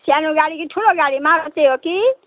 सानो गाडी कि ठुलो गाडी मारुति हो कि